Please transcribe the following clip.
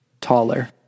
Taller